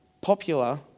popular